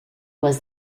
was